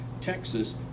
texas